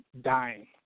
dying